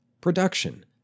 production